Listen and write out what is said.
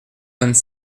vingt